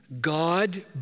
God